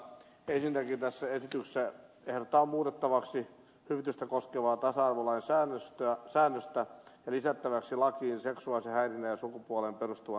ensinnäkin tässä esityksessä ehdotetaan muutettavaksi hyvitystä koskevaa tasa arvolain säännöstä ja lisättäväksi lakiin seksuaalisen häirinnän ja sukupuoleen perustuvan häirinnän määritelmät